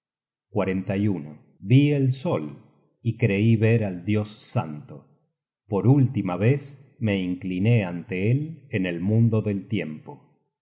vi el sol y creí ver al dios santo por última vez me incliné ante él en el mundo del tiempo